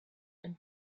and